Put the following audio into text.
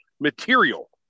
material